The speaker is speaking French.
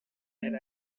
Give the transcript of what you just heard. elle